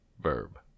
verb